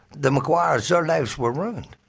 the maguires, their lives were ruined,